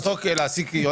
אסור לו להעסיק יועץ מס?